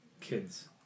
kids